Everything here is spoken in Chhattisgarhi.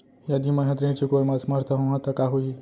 यदि मैं ह ऋण चुकोय म असमर्थ होहा त का होही?